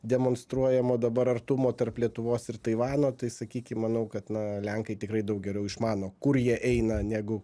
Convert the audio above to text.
demonstruojamo dabar artumo tarp lietuvos ir taivano tai sakykim manau kad na lenkai tikrai daug geriau išmano kur jie eina negu